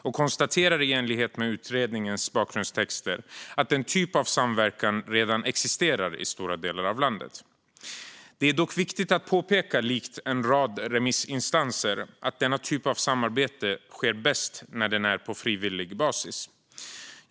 Vi konstaterar i enlighet med utredningens bakgrundstexter att denna typ av samverkan redan existerar i stora delar av landet. Det är dock viktigt att påpeka, likt en rad remissinstanser, att denna typ av samarbete sker bäst på frivillig basis.